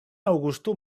aŭgusto